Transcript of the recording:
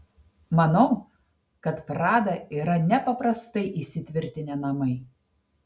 manau kad prada yra nepaprastai įsitvirtinę namai